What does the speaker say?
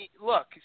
look